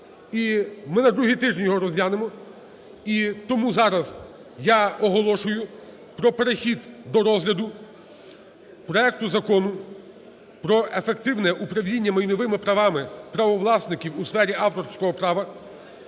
ми на другий тиждень його розглянемо. І тому зараз я оголошую про перехід до розгляду проекту про ефективне управління майновими правами правовласників у сфері авторського права